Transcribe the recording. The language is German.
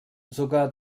sogar